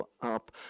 up